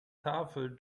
tafel